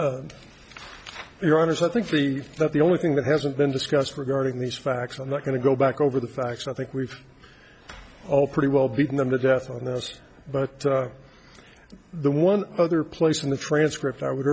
pardon your honor so i think that the only thing that hasn't been discussed regarding these facts i'm not going to go back over the facts i think we've all pretty well beaten them to death on this but the one other place in the transcript i would